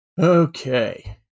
Okay